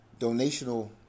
donational